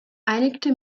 einigte